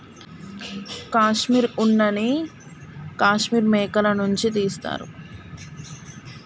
కాశ్మీర్ ఉన్న నీ కాశ్మీర్ మేకల నుంచి తీస్తారు